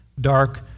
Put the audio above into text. dark